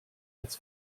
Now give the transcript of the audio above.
als